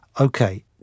okay